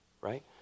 right